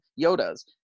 Yoda's